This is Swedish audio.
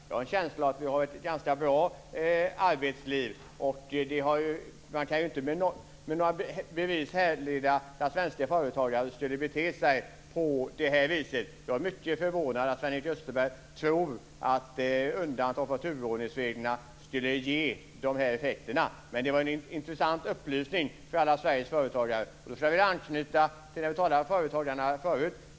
Jag har en känsla av att vi har ett ganska bra arbetsliv, och man kan inte på något sätt leda i bevis att svenska företagare skulle bete sig på det här viset. Jag är mycket förvånad över att Sven Erik Österberg tror att undantag från turordningsreglerna skulle ge de här effekterna. Men det var en intressant upplysning till alla Sveriges företagare. Nu skulle jag vilja anknyta till det vi talade om förut när det gäller företagarna.